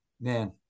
man